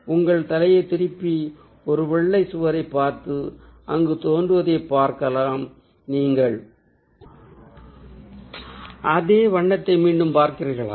உங்கள் தலையைத் திருப்பி ஒரு வெள்ளைச் சுவரைப் பார்த்து அங்கு தோன்றுவதைப் பாருங்கள் நீங்கள் அதே வண்ணத்தை மீண்டும் பார்க்கிறீர்களா